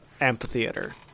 amphitheater